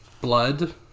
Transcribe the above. blood